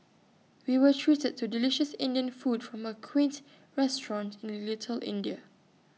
we were treated to delicious Indian food from A quaint restaurant in little India